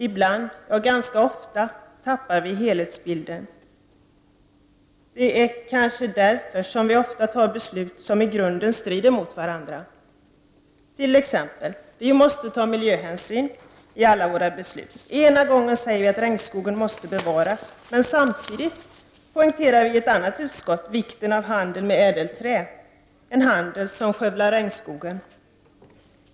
Ibland, ja ganska ofta, tappar vi helhetsbilden. Det är kanske därför som vi ofta fattar beslut som i grunden strider mot varandra. Ett exempel är att vi måste ta miljöhänsyn i alla våra beslut. Vi säger att regnskogen måste bevaras, men samtidigt poängterar vi i ett annat utskott vikten av handeln med ädelträ, en handel som skövlar regnskogen.